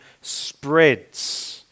spreads